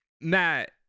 Matt